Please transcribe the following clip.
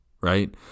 right